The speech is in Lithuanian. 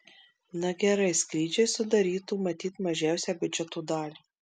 na gerai skrydžiai sudarytų matyt mažiausią biudžeto dalį